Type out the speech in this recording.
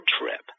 trip